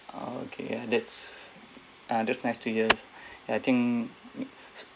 ah okay that's ah that's nice to hear ya I think